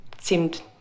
seemed